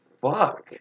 fuck